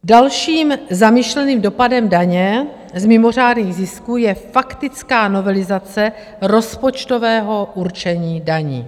Dalším zamýšleným dopadem daně z mimořádných zisků je faktická novelizace rozpočtového určení daní.